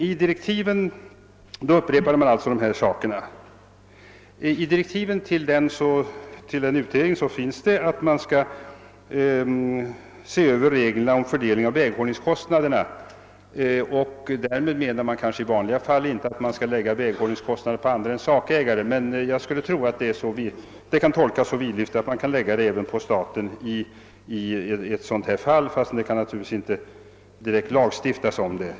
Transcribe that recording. I direktiven upprepas vad som tidigare sagts. Det står att de sakkunniga skall se över reglerna om väghållningskostnaderna. Därmed menar man kanske i vanliga fall inte att man skall läg ga väghållningskostnaderna på andra än sakägare, men jag skulle tro att det kan tolkas så vidlyftigt att man kan lägga det även på staten, ehuru man inte direkt lagstiftar om saken.